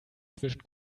zwischen